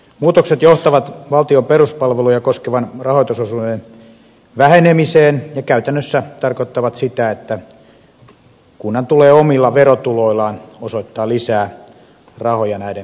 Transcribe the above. muutokset johtavat valtion peruspalveluja koskevan rahoitusosuuden vähenemiseen ja käytännössä tarkoittavat sitä että kunnan tulee omilla verotuloillaan osoittaa lisää rahoja näiden palveluiden järjestämiseen